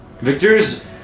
Victor's